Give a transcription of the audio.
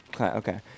Okay